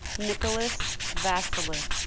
nicholas vasilev